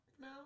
No